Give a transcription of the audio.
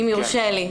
אם יורשה לי.